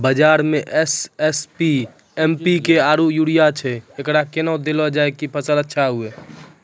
बाजार मे SSP, MPK urea यूरिया छैय, एकरा कैना देलल जाय कि फसल अच्छा हुये?